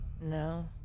no